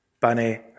Bunny